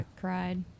cried